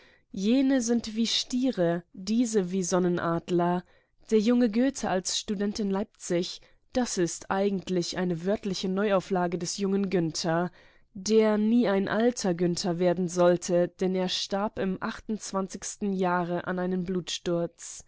jene sind wie stiere diese wie sonnenadler der junge goethe als student in leipzig das ist eine wörtliche neuauflage des jungen günther der nie ein alter günther werden sollte denn er starb im jahre an einem